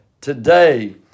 today